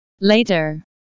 Later